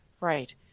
right